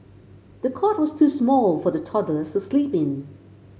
the cot was too small for the toddler to sleep in